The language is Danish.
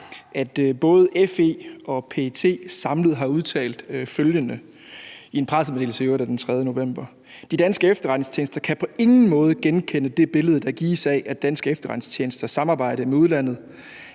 at både FE og PET samlet har udtalt følgende – i en pressemeddelelse i øvrigt af den 3. november: »De danske efterretningstjenester kan på ingen måde genkende det billede, der gives af, at danske efterretningstjenesters samarbejde med udlandet